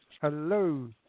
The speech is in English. Hello